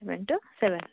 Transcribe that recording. seven two seven